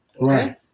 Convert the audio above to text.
right